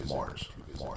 Mars